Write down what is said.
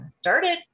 started